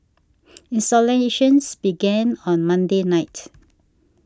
installations began on Monday night